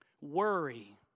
worry